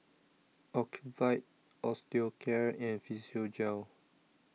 Ocuvite Osteocare and Physiogel